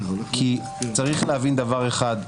צריך להבין דבר אחד,